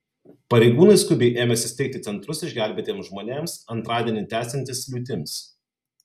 pareigūnai skubiai ėmėsi steigti centrus išgelbėtiems žmonėms antradienį tęsiantis liūtims